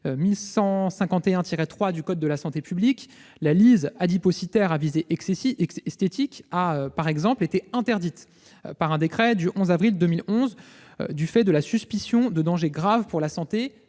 1151-3 de ce code, la lyse adipocytaire à visée esthétique a, par exemple, été interdite par un décret du 11 avril 2011, du fait de la suspicion de dangers graves pour la santé